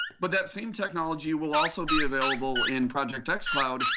but that same technology will also be available in project xcloud.